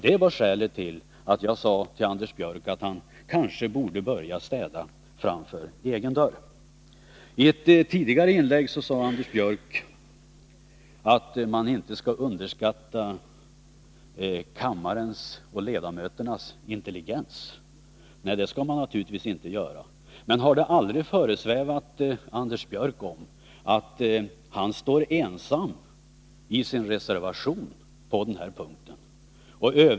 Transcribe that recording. Detta var skälet till att jag sade till Anders Björck att han kanske borde börja städa framför egen dörr. I ett tidigare inlägg sade Anders Björck att man inte skall underskatta ledamöternas intelligens. Nej, det skall man naturligtvis inte göra. Men har det aldrig föresvävat Anders Björck att han står ensam i sin reservation på den här punkten?